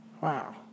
Wow